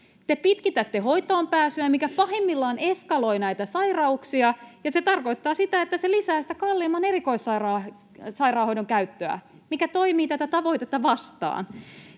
pitkitätte hoitoonpääsyä, mikä pahimmillaan eskaloi näitä sairauksia, ja se tarkoittaa sitä, että se lisää sitä kalliimman erikoissairaanhoidon käyttöä, mikä toimii tätä tavoitetta vastaan.